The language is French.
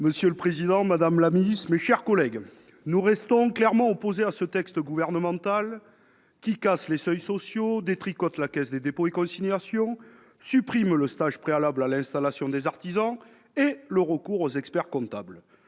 Monsieur le président, madame la secrétaire d'État, mes chers collègues, nous restons clairement opposés à ce texte du Gouvernement, qui casse les seuils sociaux, détricote la Caisse des dépôts et consignations, supprime le stage préalable à l'installation des artisans et le recours aux experts-comptables.